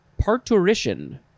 parturition